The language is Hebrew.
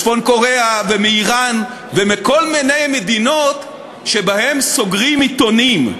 מצפון-קוריאה ומאיראן ומכל מיני מדינות שבהן סוגרים עיתונים.